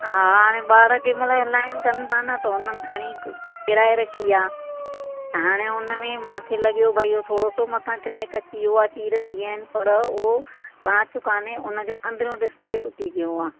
हा हाणे ॿार कंहिंमहिल हिलाइन कनि था न त उन्हनि खणी किराए रखी आहे त हाणे उनमें मूंखे लॻियो भाई जो थोरो सो मथां क्रैक अची वियो आहे चीर थी विया आहिनि पर उहो कांच कोन्हे उनजो अंदरो डिस्पले टूटी पियो आहे